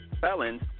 felons